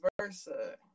versa